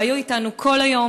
והם היו אתנו כל היום,